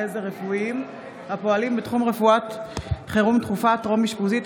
עזר רפואיים הפועלים בתחום רפואת חירום דחופה טרום-אשפוזית,